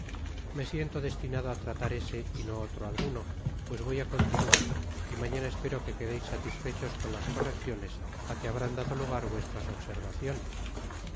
me siento deslinado á tratar ese y no otro alguno voy pues á continuar y mañana espero quedeis satisfechos con las correcciones á que habrán dado lugar vuestras observaciones